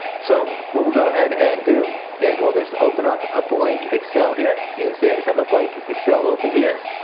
so what we'll go ahead and do is we'll just open up a blank excel here you can see i have a blank excel opened here.